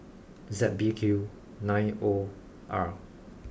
Z B Q nine O R